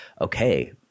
okay